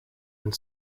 and